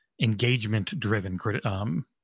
engagement-driven